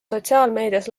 sotsiaalmeedias